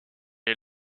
est